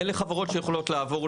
אלו חברות שיכולים לעבור,